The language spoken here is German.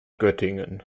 göttingen